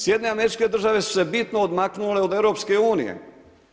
SAD su se bitno odmaknule od EU-a.